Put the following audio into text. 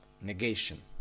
negation